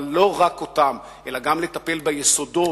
אבל לא רק אותם, אלא לטפל גם ביסודות,